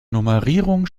nummerierung